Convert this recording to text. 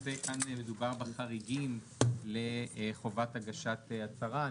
למעשה כאן מדובר בחריגים לחובת הגשת הצהרה.